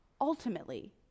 ultimately